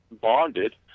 bonded